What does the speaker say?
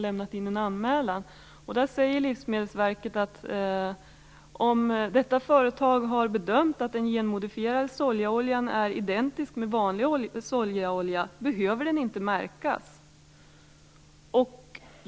Livsmedelsverket säger att om detta företag har bedömt att den genmodifierade sojaoljan är identisk med vanlig sojaolja behöver den inte märkas.